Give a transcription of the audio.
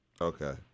Okay